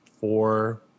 four